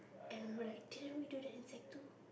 and we were like didn't we do that in sec two